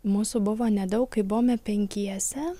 mūsų buvo nedaug kai buvome penkiese